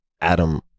Adam